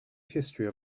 history